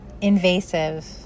invasive